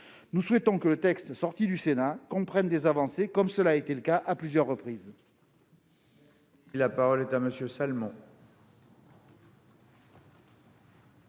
Nous souhaitons que le texte adopté par le Sénat comprenne des avancées, comme cela a déjà été le cas à plusieurs reprises.